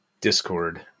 discord